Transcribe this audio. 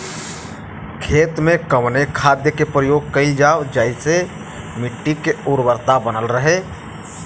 खेत में कवने खाद्य के प्रयोग कइल जाव जेसे मिट्टी के उर्वरता बनल रहे?